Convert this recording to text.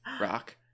rock